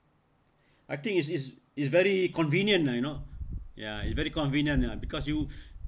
I think is is is very convenient lah you know ya it's very convenient lah because you